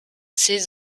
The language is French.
ces